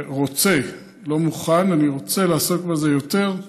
ורוצה לא מוכן, אני רוצה, לעסוק בזה יותר,